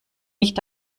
nicht